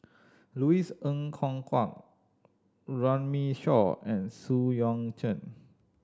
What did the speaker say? Louis Ng Kok Kwang Runme Shaw and Xu Yuan Zhen